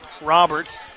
Roberts